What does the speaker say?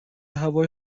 هوای